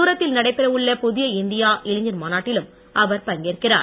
சூரத் தில் நடைபெற உள்ள புதிய இந்தியா இளைஞர் மாநாட்டிலும் அவர் பங்கேற்கிறார்